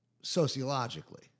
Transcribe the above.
sociologically